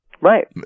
Right